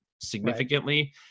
significantly